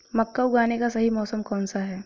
मक्का उगाने का सही मौसम कौनसा है?